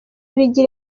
bigira